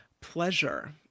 pleasure